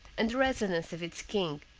and the residence of its king.